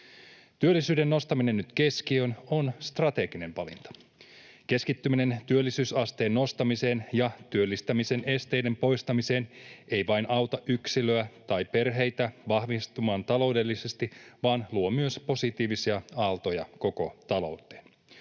Työllisyyden nostaminen nyt keskiöön on strateginen valinta. Keskittyminen työllisyysasteen nostamiseen ja työllistämisen esteiden poistamiseen ei vain auta yksilöä tai perheitä vahvistumaan taloudellisesti vaan myös luo positiivisia aaltoja koko talouteen.